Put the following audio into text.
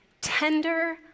tender